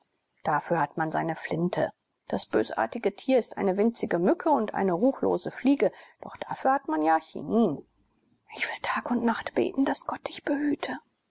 dafür hat man seine flinte das bösartigste tier ist eine winzige mücke und eine ruchlose fliege doch dafür hat man ja chinin ich will tag und nacht beten daß gott dich behüte